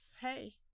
Hey